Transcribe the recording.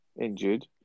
injured